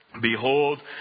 Behold